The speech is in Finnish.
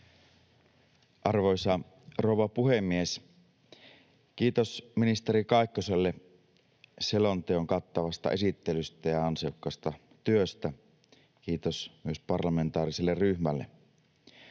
Arvoisa rouva puhemies! Kiitos ministeri Kaikkoselle selonteon kattavasta esittelystä ja ansiokkaasta työstä. Kiitos myös parlamentaariselle ryhmälle.